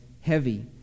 heavy